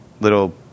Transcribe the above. little